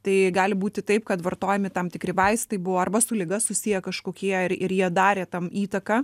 tai gali būti taip kad vartojami tam tikri vaistai buvo arba su liga susiję kažkokie ir ir jie darė tam įtaką